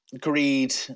greed